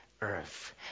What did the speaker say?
earth